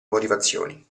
motivazioni